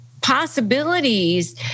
possibilities